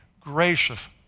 Gracious